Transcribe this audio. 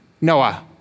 Noah